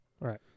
right